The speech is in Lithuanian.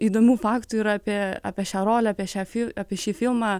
įdomių faktų yra apie apie šią rolę apie šią fiu apie šį filmą